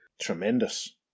Tremendous